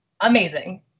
amazing